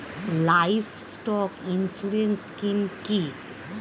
Livestock insurance scheme কি?